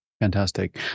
Fantastic